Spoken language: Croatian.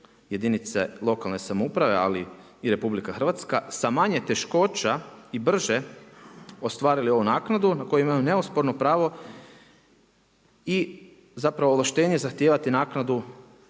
jedinice lokalne samouprave, ali i RH, sa manje teškoća i brže ostvarili ovu naknadu na koju imaju neosporno pravo i zapravo ovlaštenje zahtijevati naknadu